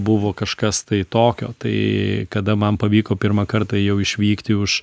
buvo kažkas tai tokio tai kada man pavyko pirmą kartą jau išvykti už